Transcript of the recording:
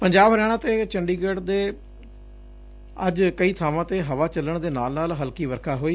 ਪੰਜਾਬ ਹਰਿਆਣਾ ਅਤੇ ਚੰਡੀਗੜ 'ਚ ਅੱਜ ਕਈ ਬਾਵਾਂ ਤੇ ਹਵਾ ਚੱਲਣ ਦੇ ਨਾਲ ਨਾਲ ਹਲਕੀ ਵਰਖਾ ਹੋਈ